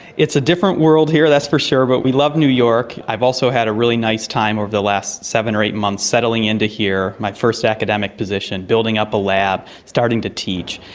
it's a different world here, that's for sure, but we love new york. i've also had a really nice time over the last seven or eight months settling into here, my first academic position, building up a lab, starting to teach,